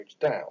down